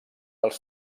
als